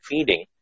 feeding